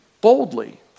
boldly